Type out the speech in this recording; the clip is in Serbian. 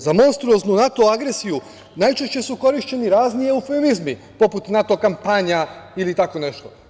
Za monstruoznu NATO agresiju najčešće su korišćeni razni eufemizmi, poput NATO kapanja ili tako nešto.